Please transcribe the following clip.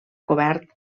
cobert